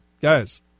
guys